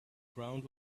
ground